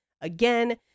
Again